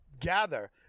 gather